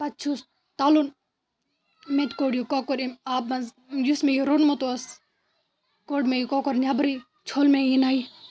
پَتہٕ چھُس تَلُن مےٚ تہِ کوٚڑ یہِ کۄکُر ییٚمہِ آبہٕ منٛز یُس مےٚ یہِ روٚنمُت اوس کوٚڑ مےٚ یہِ کۄکُر نٮ۪برٕے چھوٚل مےٚ یہِ نَیہِ